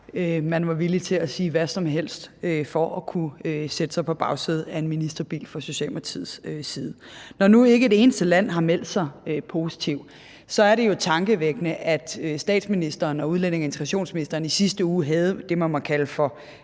side villig til at sige hvad som helst for at kunne sætte sig på bagsædet af en ministerbil. Når nu ikke et eneste land har meldt sig positivt, er det jo tankevækkende, at statsministeren og udlændinge- og integrationsministeren i sidste uge havde det, man må kalde for